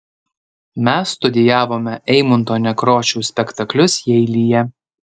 mes studijavome eimunto nekrošiaus spektaklius jeilyje